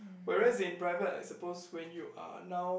whereas in private I suppose when you are now